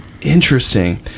Interesting